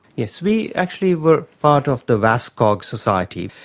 yes, we actually were part of the vascog society,